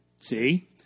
See